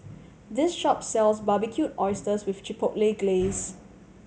this shop sells Barbecued Oysters with Chipotle Glaze